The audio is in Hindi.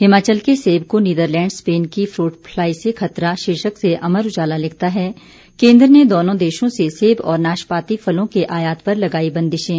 हिमाचल के सेब को नीदरलैंड स्पेन की फ्रूट प्लाई से खतरा शीर्षक से अमर उजाला लिखता है केंद्र ने दोनों देशों से सेब और नाशपाती फलों के आयात पर लगाई बंदिशें